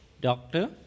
Doctor